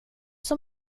som